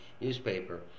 newspaper